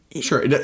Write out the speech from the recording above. Sure